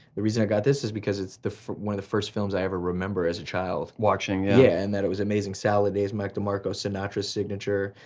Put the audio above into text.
the reason i got this is because it's one of the first films i ever remember as a child. watching? yeah, and that it was amazing. salad days, mac demarco, sinatra's signature.